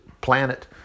planet